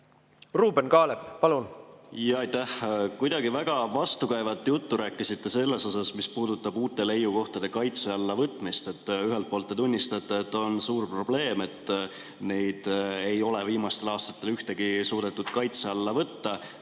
Ruuben Kaalep, palun! Aitäh! Kuidagi väga vastukäivat juttu rääkisite sellest, mis puudutab uute leiukohtade kaitse alla võtmist. Ühelt poolt te tunnistate, et on suur probleem, et ühtegi ei ole viimastel aastatel suudetud kaitse alla võtta.